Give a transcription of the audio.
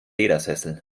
ledersessel